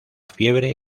fiebre